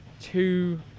two